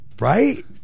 Right